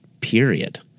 period